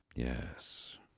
Yes